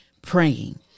Praying